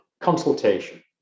consultation